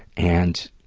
and,